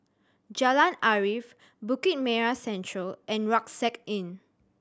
Jalan Arif Bukit Merah Central and Rucksack Inn